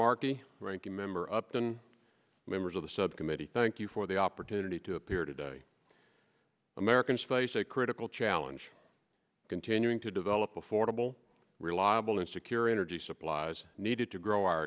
marquee ranking member up there members of the subcommittee thank you for the opportunity to appear today americans face a critical challenge continuing to develop affordable reliable and secure energy supplies needed to grow our